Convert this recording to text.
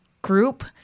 Group